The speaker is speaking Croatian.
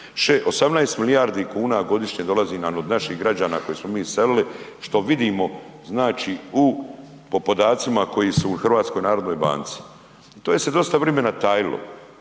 18 milijardi kuna godišnje, dolazi nam od naših građana koje smo mi iselili, što vidimo, znači u po podacima koji su u HNB-u. To je se dosta vrimena tajilo.